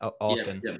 often